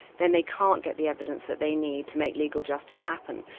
then they can't get the evidence that they need to make legal justice happen.